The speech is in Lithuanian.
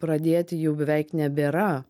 pradėti jau beveik nebėra